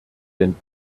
denn